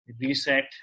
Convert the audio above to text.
reset